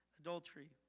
Adultery